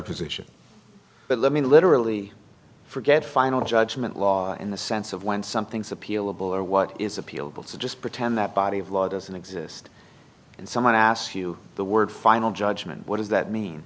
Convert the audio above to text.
position but let me literally forget final judgment law in the sense of when something's appealable or what is appealable to just pretend that body of law doesn't exist and someone asks you the word final judgment what does that mean